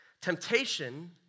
Temptation